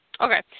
Okay